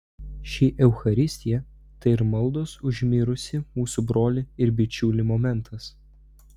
ši eucharistija tai ir maldos už mirusį mūsų brolį ir bičiulį momentas